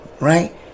Right